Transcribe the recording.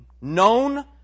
known